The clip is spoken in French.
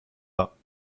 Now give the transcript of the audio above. pas